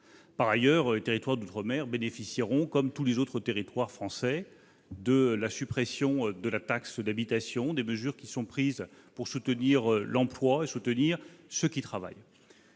Par ailleurs, les territoires d'outre-mer bénéficieront, comme tous les autres territoires français, de la suppression de la taxe d'habitation, des mesures qui sont prises pour soutenir l'emploi et ceux qui travaillent.